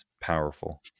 powerful